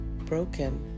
broken